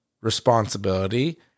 responsibility